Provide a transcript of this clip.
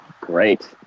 great